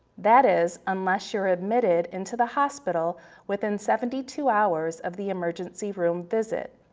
that is, unless you're admitted into the hospital within seventy two hours of the emergency room visit.